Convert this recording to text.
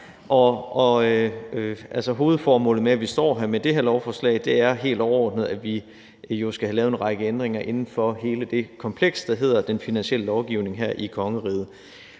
hovedformålet med, at vi står med det her lovforslag, er helt overordnet, at vi jo skal have lavet en række ændringer inden for hele det kompleks, der hedder den finansielle lovgivning her i kongeriget.